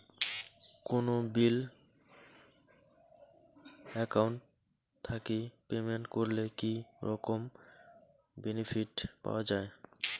কোনো bill account থাকি payment করলে কি রকম বেনিফিট পাওয়া য়ায়?